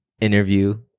interview